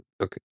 okay